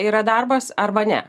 yra darbas arba ne